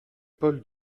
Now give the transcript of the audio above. paul